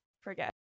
forget